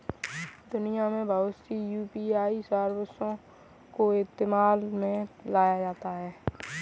दुनिया में बहुत सी यू.पी.आई सर्विसों को इस्तेमाल में लाया जाता है